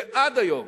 ועד היום